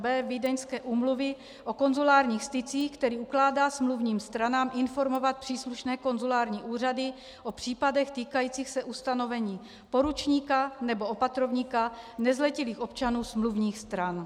b) Vídeňské úmluvy o konzulárních stycích, který ukládá smluvním stranám informovat příslušné konzulární úřady o případech týkajících se ustanovení poručníka nebo opatrovníka nezletilých občanů smluvních stran.